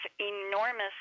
enormous